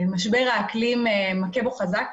משבר האקלים מכה בו חזק.